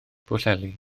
pwllheli